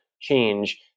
change